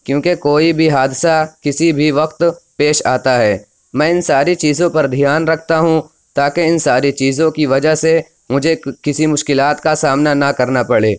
کیوں کہ کوئی بھی حادثہ کسی بھی وقت پیش آتا ہے میں ان ساری چیزوں پر دھیان رکھتا ہوں تا کہ ان ساری چیزوں کی وجہ سے مجھے کسی مشکلات کا سامنا نہ کرنا پڑے